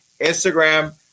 instagram